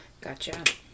Gotcha